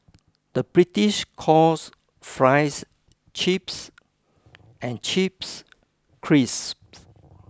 the British calls fries chips and chips crisps